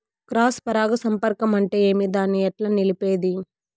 Cross పరాగ సంపర్కం అంటే ఏమి? దాన్ని ఎట్లా నిలిపేది?